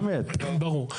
ברור.